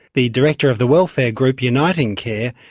the director of the welfare group uniting care,